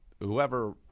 whoever –